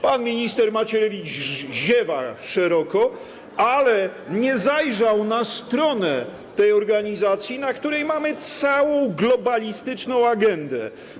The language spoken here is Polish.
Pan minister Macierewicz ziewa szeroko, ale nie zajrzał na stronę tej organizacji, na której jest cała globalistyczna agenda.